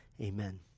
amen